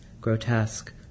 grotesque